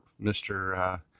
Mr